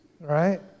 right